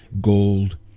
Gold